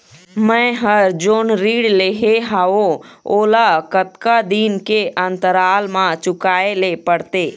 मैं हर जोन ऋण लेहे हाओ ओला कतका दिन के अंतराल मा चुकाए ले पड़ते?